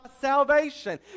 salvation